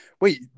Wait